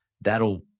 That'll